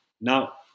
now